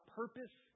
purpose